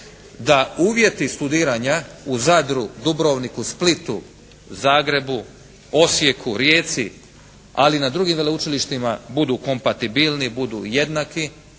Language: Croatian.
da uvjeti studiranja u Zadru, Dubrovniku, Splitu, Zagrebu, Osijeku, Rijeci, ali na drugim veleučilištima budu kompatibilni, budu jednaki